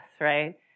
right